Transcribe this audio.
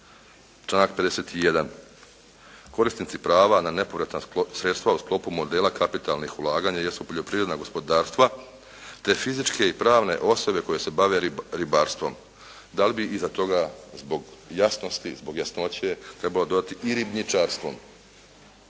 članak 51.: «Korisnici prava na nepovratna sredstva u sklopu modela kapitalnih ulaganja jesu poljoprivredna gospodarstva te fizičke i pravne osobe koje se bave ribarstvom.» Da li bi iza toga zbog jasnosti, zbog jasnoće trebalo dodati i ribničarstvom.